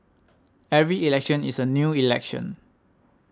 every election is a new election